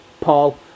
Paul